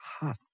Hot